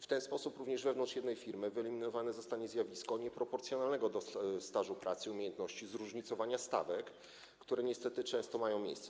W ten sposób również wewnątrz jednej firmy zostanie wyeliminowane zjawisko nieproporcjonalnego do stażu pracy i umiejętności zróżnicowania stawek, które niestety często ma miejsce.